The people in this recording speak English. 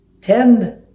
tend